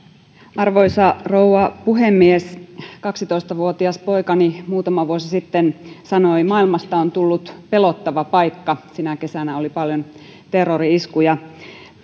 arvoisa rouva puhemies kaksitoista vuotias poikani muutama vuosi sitten sanoi maailmasta on tullut pelottava paikka sinä kesänä oli paljon terrori iskuja